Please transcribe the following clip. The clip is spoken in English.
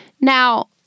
Now